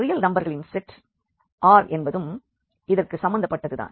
real நம்பர்களின் set R என்பதும் இதற்கு சம்மந்தபட்டதுதான்